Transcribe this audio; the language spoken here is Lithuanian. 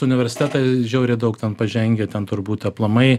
universitetai žiauriai daug ten pažengę ten turbūt aplamai